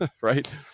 right